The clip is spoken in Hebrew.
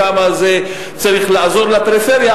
כמה צריך לעזור לפריפריה.